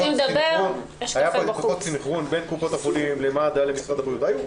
היה פחות סנכרון בין קופות החולים למד"א ולמשרד הבריאות,